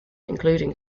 including